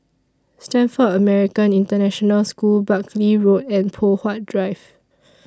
Stamford American International School Buckley Road and Poh Huat Drive